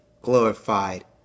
glorified